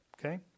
Okay